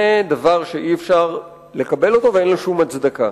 זה דבר שאי-אפשר לקבל אותו ואין לו שום הצדקה.